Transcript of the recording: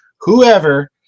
whoever